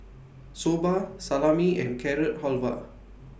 Soba Salami and Carrot Halwa